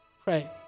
pray